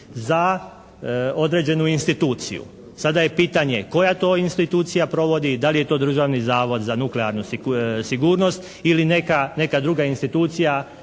za određenu instituciju. Sada je pitanje, koja to institucija provodi i da li je to Državni zavod za nuklearnu sigurnost ili neka druga institucija